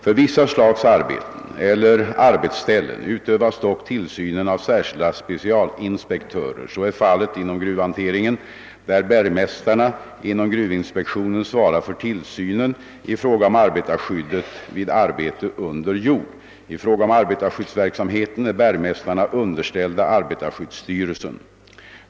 För vissa slags arbeten eller arbetsställen utövas dock tillsynen av särskilda specialinspektörer. Så är fallet inom gruvhanteringen, där bergmästarna inom gruvinspektionen svarar för tillsynen i fråga om arbetarskyddet vid arbete under jord. I fråga om arbetarskyddsverksamheten är bergmästarna underställda arbetarskyddsstyrelsen.